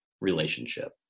relationship